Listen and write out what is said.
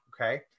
okay